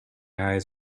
eyes